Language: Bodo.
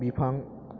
बिफां